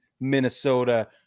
Minnesota